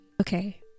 Okay